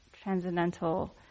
transcendental